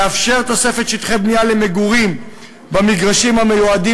לאפשר תוספת שטחי בנייה למגורים במגרשים המיועדים